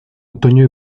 otoño